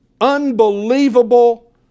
unbelievable